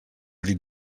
dit